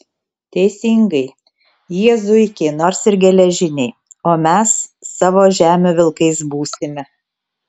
teisingai jie zuikiai nors ir geležiniai o mes savo žemių vilkais būsime